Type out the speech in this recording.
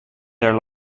their